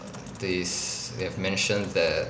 this s~ have mentioned that